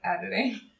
editing